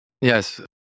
Yes